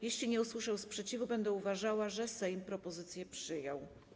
Jeśli nie usłyszę sprzeciwu, będę uważała, że Sejm propozycje przyjął.